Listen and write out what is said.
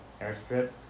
airstrip